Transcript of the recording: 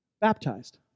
baptized